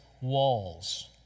walls